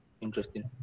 Interesting